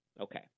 Okay